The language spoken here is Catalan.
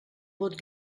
vot